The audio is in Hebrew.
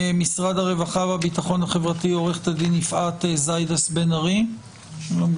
ממשרד הרווחה והביטחון החברתי עו"ד יפעת זיידיס בן ארי שלום,